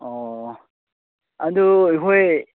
ꯑꯣ ꯑꯗꯨ ꯑꯩꯈꯣꯏ